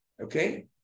Okay